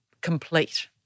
complete